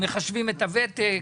ומחשבים את הוותק,